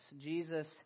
Jesus